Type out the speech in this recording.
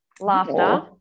laughter